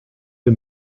für